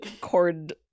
cord